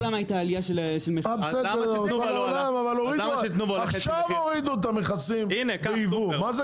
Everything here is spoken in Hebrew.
עכשיו הורידו את המכסים בייבוא.